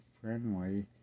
friendly